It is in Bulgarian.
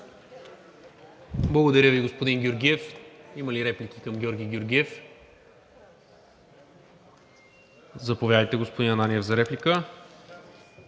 Благодаря Ви, господин Георгиев. Има ли реплики към Георги Георгиев? Няма. Заповядайте, господин Ананиев.